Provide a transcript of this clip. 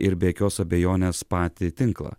ir be jokios abejonės patį tinklą